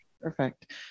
Perfect